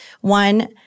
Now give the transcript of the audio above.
One